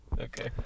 Okay